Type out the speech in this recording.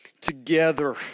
together